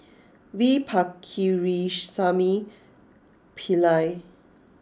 V Pakirisamy Pillai